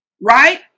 Right